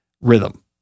rhythm